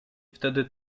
wtedy